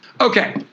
Okay